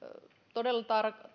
todella